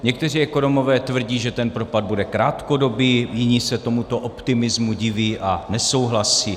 Někteří ekonomové tvrdí, že ten propad bude krátkodobý, jiní se tomuto optimismu diví a nesouhlasí.